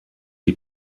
die